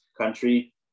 country